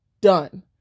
done